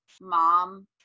mom